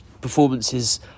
performances